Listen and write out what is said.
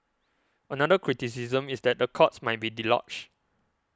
another criticism is that the courts might be deluged